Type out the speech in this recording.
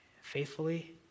faithfully